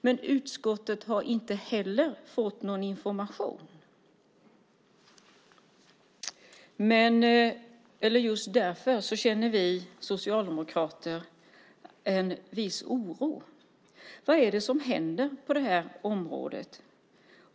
Men utskottet har inte heller fått någon information. Därför känner vi socialdemokrater en viss oro. Vad är det som händer på detta område?